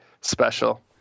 special